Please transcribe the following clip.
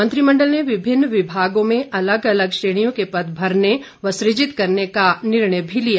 मंत्रिमण्डल ने विभिन्न विभागों में अलग अलग श्रेणियों के पद भरने व सृजित करने का निर्णय भी लिया